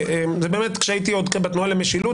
כשהייתי עוד בתנועה למשילות,